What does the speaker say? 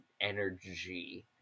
energy